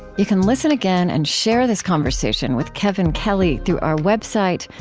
you can listen again and share this conversation with kevin kelly through our website,